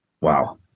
wow